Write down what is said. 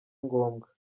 ngombwa